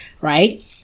right